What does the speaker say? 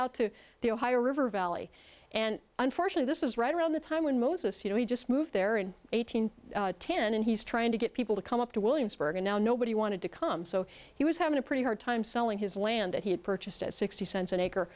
out to the ohio river valley and unfortunately this is right around the time when most of you know he just moved there and eight hundred ten and he's trying to get people to come up to williamsburg and now nobody wanted to come so he was having a pretty hard time selling his land that he had purchased at sixty cents an acre